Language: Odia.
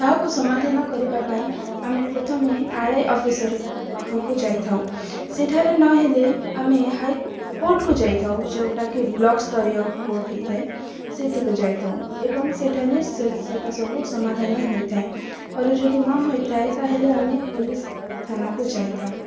ତାହାକୁ ସମାଧାନ କରିବା ପାଇଁ ଆମେ ପ୍ରଥମେ ଆର୍ ଆଇ ଅଫିସରଙ୍କ ପାଖକୁ ଯାଇଥାଉଁ ସେଠାରେ ନହେଲେ ଆମେ ହାଇ କୋର୍ଟକୁ ଯାଇଥାଉ ଯେଉଁଟା କି ବ୍ଲକସ୍ତରୀୟ କୋର୍ଟ ହେଇଥାଏ ସେଠିକୁ ଯାଇଥାଉ ଏବଂ ସେଠାରେ ସେଟା ସବୁ ସମାଧାନ ହୋଇଥାଏ ଆରୁ ଯଦି ନ ହୋଇଥାଏ ତା'ହେଲେ ଆମେ ପୋଲିସ ଥାନାକୁ ଯାଇଥାଉଁ